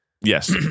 yes